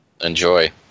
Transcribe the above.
Enjoy